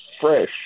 fresh